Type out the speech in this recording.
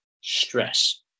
stress